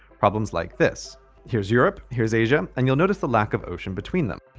problems, like, this here's europe, here's asia and you'll notice the lack of ocean between them.